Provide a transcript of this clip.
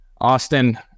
Austin